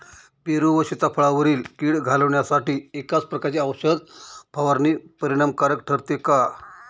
पेरू व सीताफळावरील कीड घालवण्यासाठी एकाच प्रकारची औषध फवारणी परिणामकारक ठरते का?